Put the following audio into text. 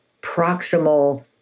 proximal